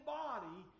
body